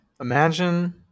Imagine